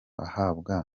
ahabwa